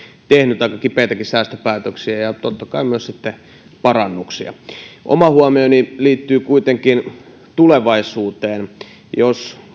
tehnyt aika kipeitäkin säästöpäätöksiä ja totta kai myös parannuksia oma huomioni liittyy kuitenkin tulevaisuuteen jos